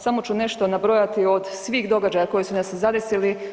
Samo ću nešto nabrojati od svih događaja koji su nas zadesili.